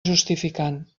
justificant